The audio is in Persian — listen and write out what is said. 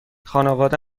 خانواده